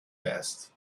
vest